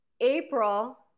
April